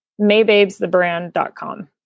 Maybabesthebrand.com